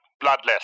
bloodless